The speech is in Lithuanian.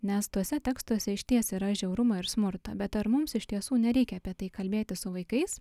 nes tuose tekstuose išties yra žiaurumo ir smurto bet ar mums iš tiesų nereikia apie tai kalbėtis su vaikais